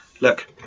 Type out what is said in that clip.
Look